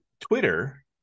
twitter